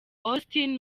austin